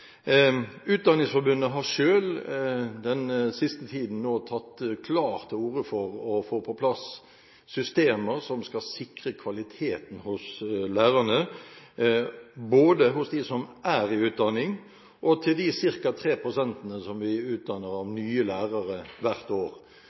Utdanningsforbundet har selv den siste tiden tatt klart til orde for å få på plass systemer som skal sikre kvaliteten hos lærerne, både hos dem som er i utdanning, og de ca. 3 pst. nye lærere som vi utdanner